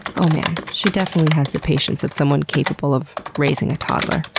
oh man, she definitely has the patience of someone capable of raising a toddler.